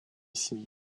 семьи